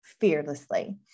fearlessly